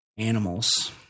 Animals